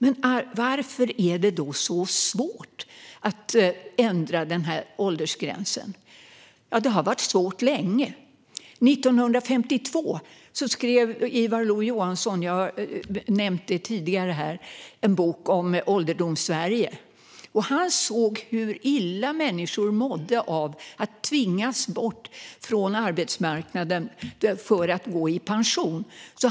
Varför är det då så svårt att ändra åldersgränsen? Det har varit svårt länge. År 1952 skrev Ivar Lo-Johansson, som jag nämnde tidigare, en bok om Ålderdomssverige. Han såg hur illa människor mådde av att tvingas bort från arbetsmarknaden för att gå i pension.